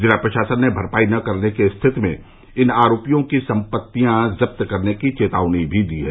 जिला प्रशासन ने भरपाई न करने की स्थिति में इन आरोपियों की सम्पत्तियां जब्त करने की चेतावनी भी दी है